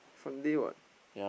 Sunday [what]